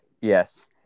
Yes